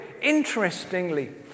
Interestingly